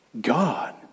God